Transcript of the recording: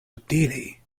utili